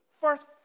first